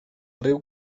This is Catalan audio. riu